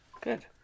good